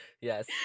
Yes